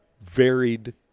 varied